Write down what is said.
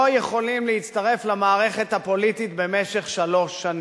יכולים להצטרף למערכת הפוליטית במשך שלוש שנים.